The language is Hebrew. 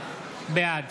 בעד